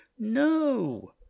no